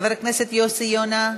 חבר הכנסת יוסי יונה,